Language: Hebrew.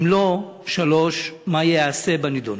3. אם לא, מה ייעשה בנדון?